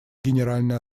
генеральная